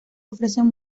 ofrecen